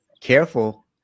Careful